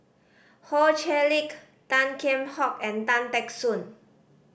Ho Chee Lick Tan Kheam Hock and Tan Teck Soon